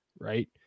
right